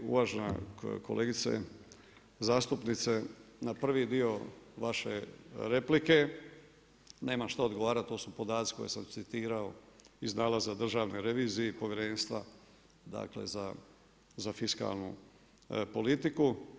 Pa da … uvažena kolegice zastupnice na prvi dio vaše replike nema što odgovarati, to su podaci koje sam citirao iz nalaza Državne revizije i Povjerenstva za fiskalnu politiku.